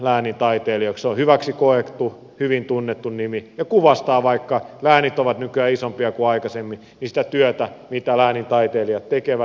se on hyväksi koettu hyvin tunnettu nimi ja kuvastaa vaikka läänit ovat nykyään isompia kuin aikaisemmin sitä työtä mitä läänintaiteilijat tekevät